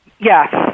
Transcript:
Yes